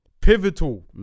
pivotal